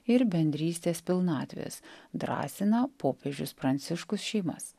ir bendrystės pilnatvės drąsina popiežius pranciškus šeimas